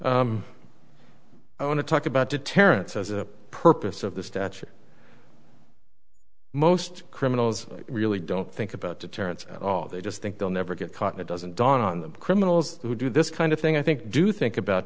i want to talk about to terence as a purpose of this stature most criminals really don't think about deterrence at all they just think they'll never get caught it doesn't dawn on them criminals who do this kind of thing i think do think about